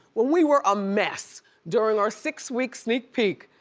we were a mess during our six-week sneak peek.